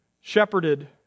shepherded